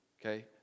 okay